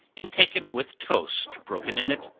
and taken with toast broken in it,